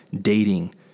dating